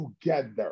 together